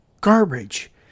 garbage